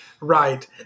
Right